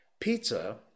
Pizza